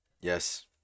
Yes